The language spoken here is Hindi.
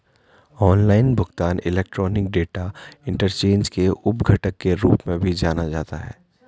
ऑनलाइन भुगतान इलेक्ट्रॉनिक डेटा इंटरचेंज के उप घटक के रूप में भी जाना जाता है